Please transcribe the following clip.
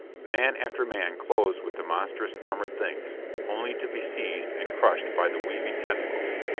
man after man closed with the monstrous, armored things only to be seized and crushed by the weaving tentacles.